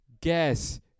guess